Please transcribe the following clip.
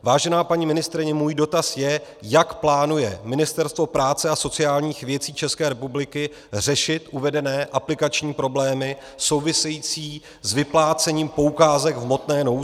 Vážená paní ministryně, můj dotaz je, jak plánuje Ministerstvo práce a sociálních věcí České republiky řešit uvedené aplikační problémy související s vyplácením poukázek v hmotné nouzi.